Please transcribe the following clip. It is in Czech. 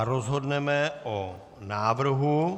Rozhodneme o návrhu.